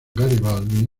garibaldi